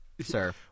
sir